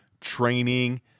training